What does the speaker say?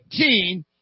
18